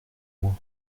moins